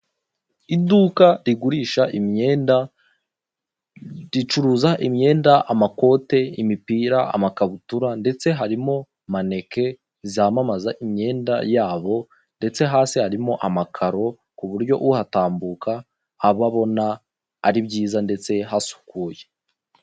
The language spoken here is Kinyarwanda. Iduka rigurisha imyenda, ricuriza imyenda; amakote, imipita, amakabutura, ndatse harimo na maneke zamamaza imyenda yabo ndetse hasi harimo amakaro ku buryo uhatambuka aba abona ari byiza, ndetse hasukuye.